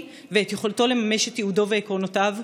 ואת יכולתו לממש את ייעודו ועקרונותיו,